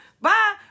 Bye